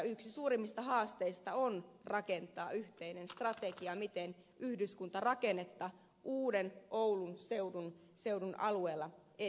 yksi suurimmista haasteista on rakentaa yhteinen strategia miten yhdyskuntarakennetta uuden oulun seudun alueella edistetään